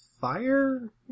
Fire